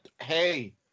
Hey